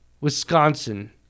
Wisconsin